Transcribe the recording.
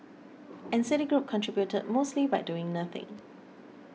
and Citigroup contributed mostly by doing nothing